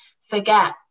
forget